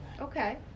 Okay